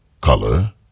color